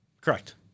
Correct